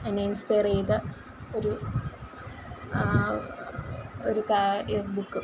എന്നെ ഇൻസ്പെയർ ചെയ്ത് ഒരു ആ ഒരു കാര്യ ബുക്ക്